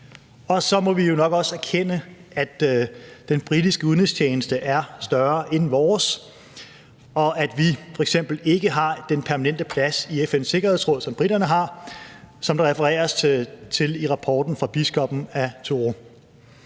Og så må vi jo nok også erkende, at den britiske udenrigstjeneste er større end vores, og at vi f.eks. ikke har den permanente plads i FN's Sikkerhedsråd, som briterne har, og som der refereres til i rapporten af biskoppen af Truro.